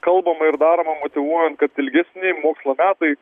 kalbama ir daroma motyvuojant kad ilgesni mokslo metai